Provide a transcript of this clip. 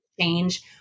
change